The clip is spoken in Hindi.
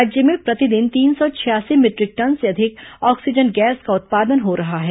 राज्य में प्रतिदिन तीन सौ छियासी मिट्रिक टन से अधिक ऑक्सीजन गैस का उत्पादन हो रहा है